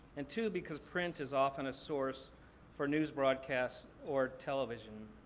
and, two, because print is often a source for news broadcasts or television.